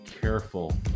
careful